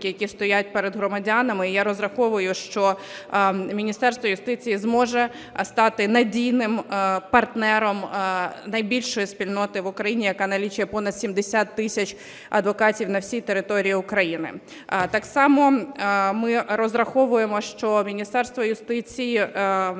які стоять перед громадянами. І я розраховую, що Міністерство юстиції зможе стати надійним партнером найбільшої спільноти в Україні, яка налічує понад 70 тисяч адвокатів на всій території України. Так само ми розраховуємо, що Міністерство юстиції